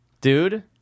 Dude